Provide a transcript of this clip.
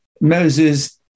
Moses